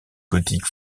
gothique